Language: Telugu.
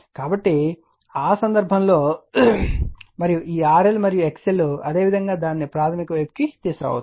కాబట్టి ఆ సందర్భంలో మరియు ఈ RL మరియు XL అదే విధంగా దానిని ప్రాధమిక వైపుకు తీసుకురావచ్చు